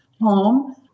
home